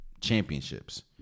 championships